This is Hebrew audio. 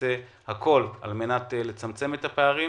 אעשה הכול על מנת לצמצם את הפערים